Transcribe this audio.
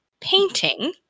painting